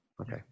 okay